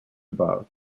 above